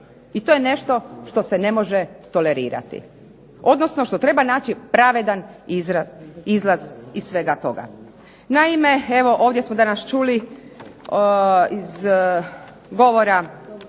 i to je nešto što se ne može tolerirati, odnosno što treba naći pravedan izlaz iz svega toga. Naime, evo ovdje smo danas čuli iz govora